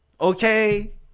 Okay